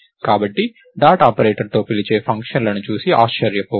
కాబట్టి డాట్ ఆపరేటర్తో పిలిచే ఫంక్షన్లను చూసి ఆశ్చర్యపోకండి